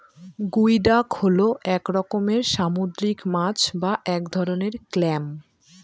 গুই ডাক হল এক রকমের সামুদ্রিক মাছ বা এক ধরনের ক্ল্যাম